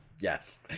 Yes